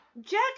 Jack